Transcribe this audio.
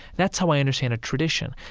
that's how i understand a tradition.